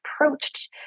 approached